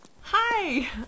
Hi